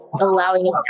allowing